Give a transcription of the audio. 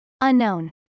Unknown